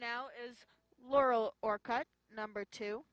now is laurel or card number two